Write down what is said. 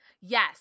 yes